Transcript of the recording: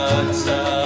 Stop